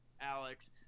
Alex